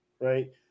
right